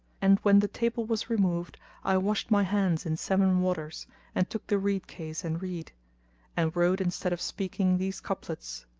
and when the table was removed i washed my hands in seven waters and took the reed-case and reed and wrote instead of speaking these couplets